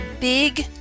big